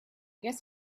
guess